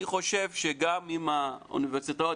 אני חושב שגם אם האוניברסיטאות,